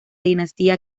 dinastía